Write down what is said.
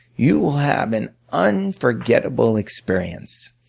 you will have an unforgettable experience.